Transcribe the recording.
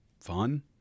fun